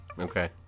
Okay